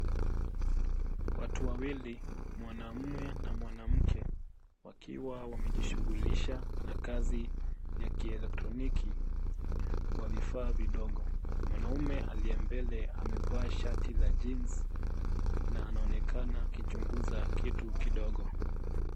Watu wawili, mwanamume na mwanamke, wakiwa wamejishughulisha na kazi ya kielektroniki wa vifaa vidogo. Mwanaume aliye mbele amevaa shati la jeans na anaonekana akichunguza kitu kidogo.